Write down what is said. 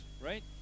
right